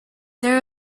there